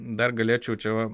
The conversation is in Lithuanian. dar galėčiau čia va